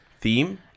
theme